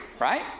Right